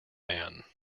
man